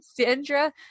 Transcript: Sandra